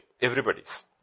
everybody's